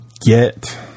get